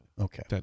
Okay